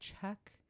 check